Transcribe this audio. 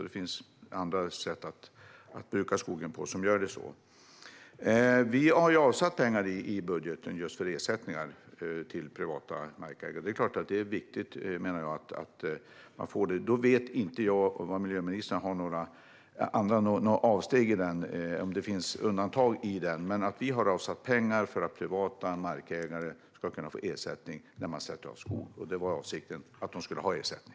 Det finns andra sätt att bruka skogen på som är miljövänliga. Vi har avsatt pengar i budgeten för ersättning till privata markägare. Det är klart att det är viktigt att de får det. Jag vet inte om miljöministern har några undantag, men vi har avsatt pengar för att privata markägare ska kunna få ersättning när de sätter av skog. Det är avsikten - att de ska ha ersättning.